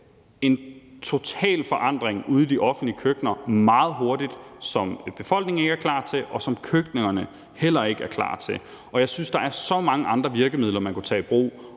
en total forandring ude i de offentlige køkkener meget hurtigt, som befolkningen ikke er klar til, og som køkkenerne heller ikke er klar til. Og jeg synes, der er så mange andre virkemidler, man kunne tage i brug.